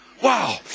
Wow